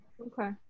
Okay